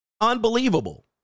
Unbelievable